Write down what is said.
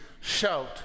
shout